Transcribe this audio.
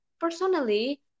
personally